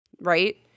right